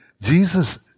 Jesus